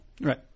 Right